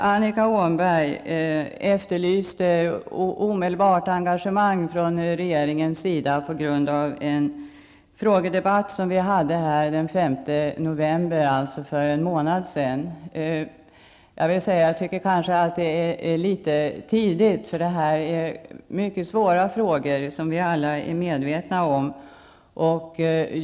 bAnnika Åhnberg efterlyste omedelbart engagemang från regeringens sida som följd av en frågedebatt som vi hade den 5 november, alltså för en månad sedan. Jag tycker kanske att det är litet tidigt, för detta är mycket svåra frågor, vilket vi alla är medvetna om.